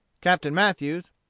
captain mathews,